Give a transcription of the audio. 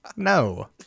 No